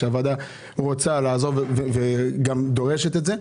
שהוועדה רוצה לעזור וגם דורשת את זה,